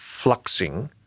fluxing